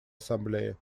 ассамблее